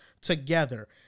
together